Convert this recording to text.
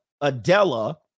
adela